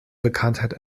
bekanntheit